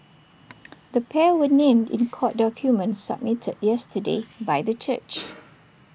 the pair were named in court documents submitted yesterday by the church